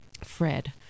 Fred